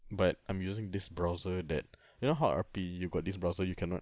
but I'm this browser that you know how R_P you got this browser you cannot